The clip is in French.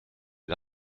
est